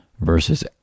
versus